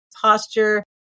posture